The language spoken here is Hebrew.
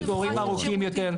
המתנה לתורים ארוכה יותר,